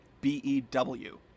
B-E-W